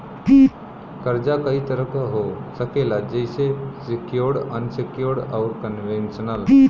कर्जा कई तरह क हो सकेला जइसे सेक्योर्ड, अनसेक्योर्ड, आउर कन्वेशनल